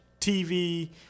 TV –